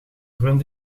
rund